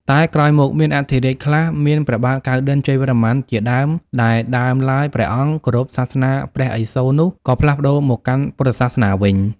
តែក្រោយមក មានអធិរាជខ្លះមានព្រះបាទកៅណ្ឌិន្យជ័យវរ្ម័នជាដើមដែល ដើមឡើយព្រះអង្គគោរពសាសនាព្រះឥសូរនោះ ក៏ផ្លាស់មកកាន់ពុទ្ធសាសនាវិញ ។